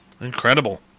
incredible